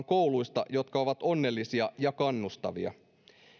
kouluista jotka ovat onnellisia ja kannustavia